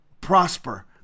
prosper